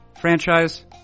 franchise